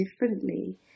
differently